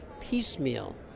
piecemeal